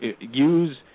use